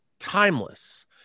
timeless